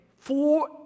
four